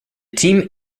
team